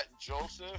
Joseph